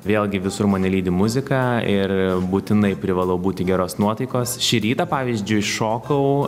vėlgi visur mane lydi muzika ir būtinai privalau būti geros nuotaikos šį rytą pavyzdžiui šokau